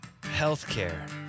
Healthcare